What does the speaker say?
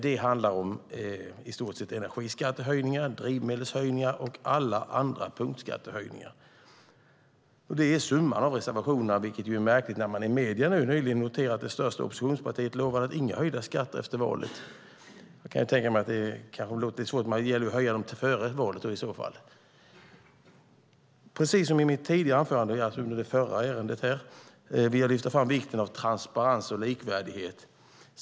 Det handlar i stort sett om energiskattehöjningar, drivmedelshöjningar och alla andra punktskattehöjningar. Det är summan av reservationerna, vilket är märkligt när man i medierna nyligen har noterar att det största oppositionspartiet har lovat inga höjda skatter efter valet. Jag kan tänka mig att man i så fall höjer dem före valet. Precis som i mitt tidigare anförande i det förra ärendet vill jag lyfta fram vikten av transparens och likvärdighet.